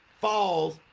falls